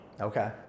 Okay